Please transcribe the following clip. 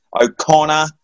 O'Connor